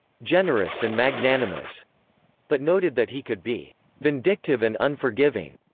generous and magnanimous but noted that he could be vindictive and unforgiving.